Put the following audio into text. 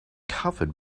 covered